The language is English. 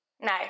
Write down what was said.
no